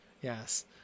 yes